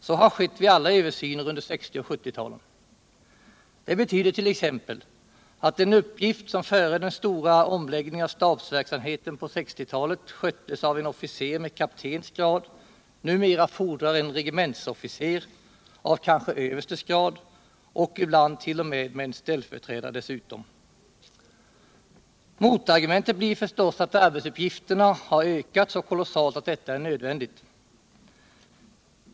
Så har skett vid all översyn under 1960 och 1970-talen. Det betydert.ex. att en uppgift som före den stora omläggningen av stabsverksamheten på 1960-talet sköttes av en officer med kaptens grad numera fordrar en regementsofficer av kanske överstes grad, ibland med en ställföreträdare vid sidan. Motargumentet blir förstås att arbetsuppgifterna har ökat så kolossalt i omfattning att det här blivit nödvändigt.